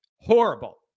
horrible